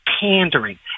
pandering